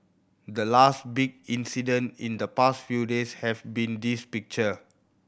the last big incident in the past few days have been this picture